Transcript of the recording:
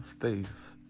faith